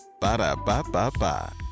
Ba-da-ba-ba-ba